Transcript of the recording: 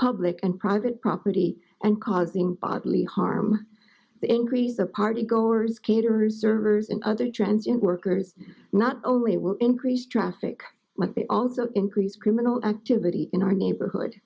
public and private property and causing bodily harm to increase the party goers caterers servers and other trends and workers not only will increase traffic but they also increase criminal activity in our neighborhood